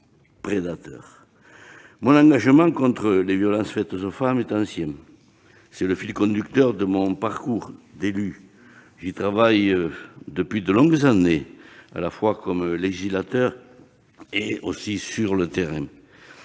Mon engagement contre les violences faites aux femmes est ancien : c'est le fil conducteur de mon parcours d'élu. J'y travaille depuis de longues années, à la fois comme législateur et sur le terrain.